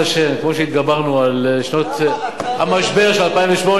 כמו שהתגברנו על המשבר של 2008,